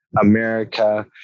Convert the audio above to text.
america